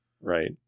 Right